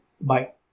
Bye